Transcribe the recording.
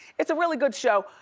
it's a really good show.